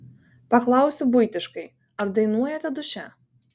paklausiu buitiškai ar dainuojate duše